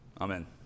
Amen